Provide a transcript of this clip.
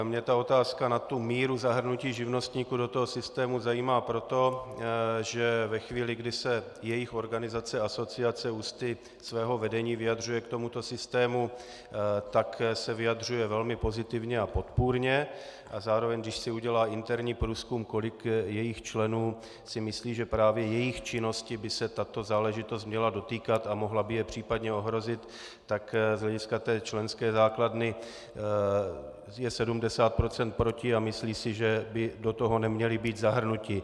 Mně ta otázka na míru zahrnutí živnostníků do systému zajímá proto, že ve chvíli, kdy se jejich organizace, asociace, ústy svého vedení vyjadřuje k tomuto systému, tak se vyjadřuje velmi pozitivně a podpůrně, a zároveň když si udělá interní průzkum, kolik jejích členů si myslí, že právě jejich činnosti by se ta záležitost měla dotýkat a mohla by je případně ohrozit, tak z hlediska té členské základny je 70 % proti a myslí si, že by do toho neměli být zahrnuti.